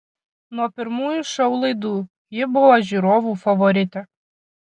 nuo pirmųjų šou laidų ji buvo žiūrovų favoritė